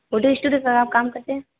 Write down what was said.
photo studio पर आप काम करते हैं